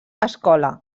escola